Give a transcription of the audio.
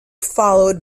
followed